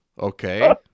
okay